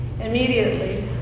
Immediately